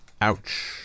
Ouch